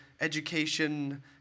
education